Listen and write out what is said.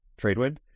Tradewind